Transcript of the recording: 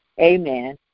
amen